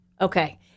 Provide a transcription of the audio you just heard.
Okay